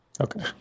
Okay